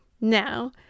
Now